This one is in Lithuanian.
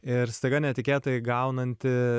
ir staiga netikėtai gaunanti